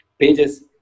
Pages